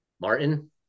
Martin